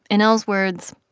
in l's words,